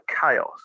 chaos